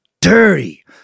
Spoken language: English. dirty